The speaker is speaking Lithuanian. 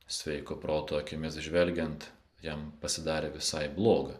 sveiko proto akimis žvelgiant jam pasidarė visai bloga